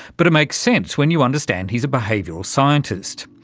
but it makes sense when you understand he's a behavioural scientist.